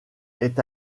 est